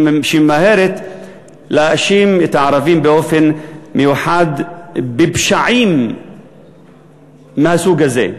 שממהרת להאשים את הערבים באופן מיוחד בפשעים מהסוג הזה.